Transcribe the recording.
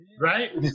right